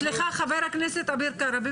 סליחה, חבר הכנסת אביר קארה.